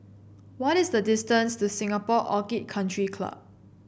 what is the distance to Singapore Orchid Country Club